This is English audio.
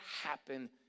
happen